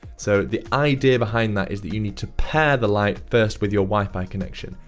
so, the idea behind that is that you need to pair the light first with your wi-fi connection.